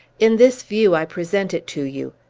in this view, i present it to you.